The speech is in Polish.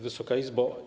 Wysoka Izbo!